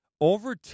Over